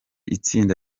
itsinda